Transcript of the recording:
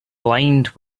blind